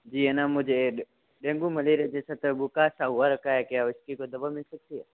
जी है न मुझे डेंगू मलेरिया जैसा सर बुखार सा हुआ रखा है क्या उसकी कोई दवा मिल सकती है